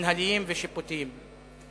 מינהליים ושיפוטיים.